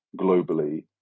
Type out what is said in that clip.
globally